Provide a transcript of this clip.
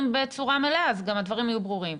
בצורה מלאה אז גם הדברים יהיו ברורים.